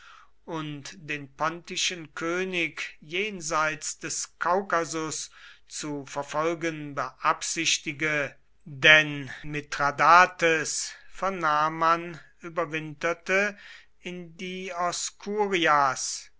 und den pontischen könig jenseits des kaukasus zu verfolgen beabsichtige den mithradates vernahm man überwinterte in dioskurias